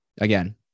again